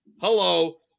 hello